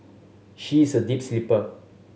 she is a deep sleeper